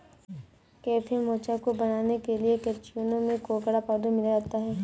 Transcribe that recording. cafe mocha को बनाने के लिए कैप्युचीनो में कोकोडा पाउडर मिलाया जाता है